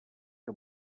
que